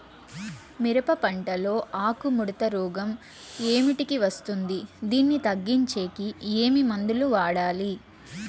మిరప పంట లో ఆకు ముడత రోగం ఏమిటికి వస్తుంది, దీన్ని తగ్గించేకి ఏమి మందులు వాడాలి?